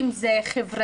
אם זה חברתית,